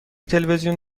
تلویزیون